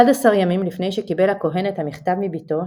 אחד עשר ימים לפני שקיבל הכהן את המכתב מבתו,